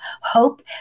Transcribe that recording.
hope